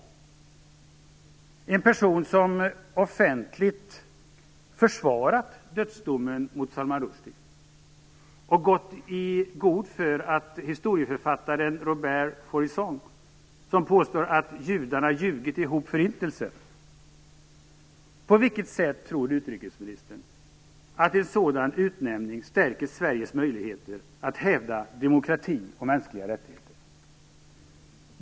Det är en person som offentligt försvarat dödsdomen mot Salman Rushdie och gått i god för historieförfattaren Robert Fourisson, som påstår att judarna ljugit ihop förintelsen. På vilket sätt tror utrikesministern att en sådan utnämning stärker Sveriges möjligheter att hävda demokrati och mänskliga rättigheter?